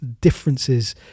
differences